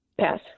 Pass